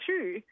true